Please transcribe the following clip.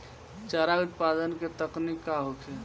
चारा उत्पादन के तकनीक का होखे?